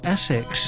Essex